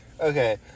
Okay